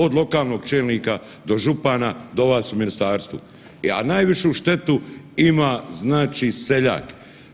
Od lokalnog čelnika, do župana, do vas u ministarstvu, a najvišu štetu ima znači seljak.